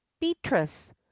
beatrice